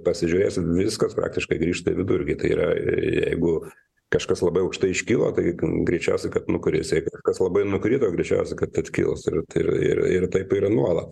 pasižiūrėjęs viskas praktiškai grįžta į vidurkį tai yra jeigu kažkas labai aukštai iškilo greičiausiai kad nukris kas labai nukrito greičiausiai kad atkils ir ir ir ir taip yra nuolat